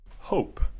hope